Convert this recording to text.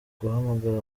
guhamagara